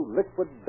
liquid